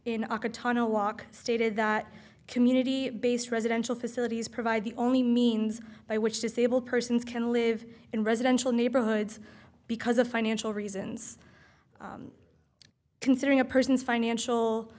aka tunnel walk stated that community based residential facilities provide the only means by which disabled persons can live in residential neighborhoods because of financial reasons considering a person's financial